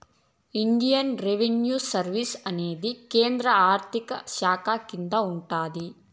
Indian revenue service అనేది కేంద్ర ఆర్థిక శాఖ కింద ఉంటాది